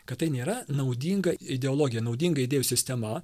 kad tai nėra naudinga ideologija naudinga idėjų sistema